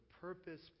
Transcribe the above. Purpose